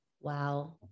Wow